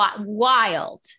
Wild